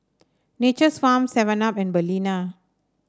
Nature's Farm Seven Up and Balina